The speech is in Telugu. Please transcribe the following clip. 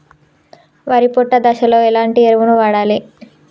వరి పొట్ట దశలో ఎలాంటి ఎరువును వాడాలి?